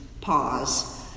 pause